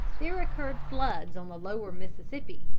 there occurred floods on the lower mississippi,